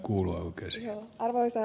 arvoisa herra puhemies